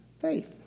faith